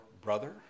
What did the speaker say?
brother